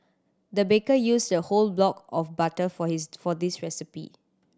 the baker used a whole block of butter for his for this recipe